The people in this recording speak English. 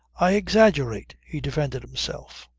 i exaggerate! he defended himself.